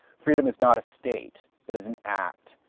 freedom is not a state, it is an act.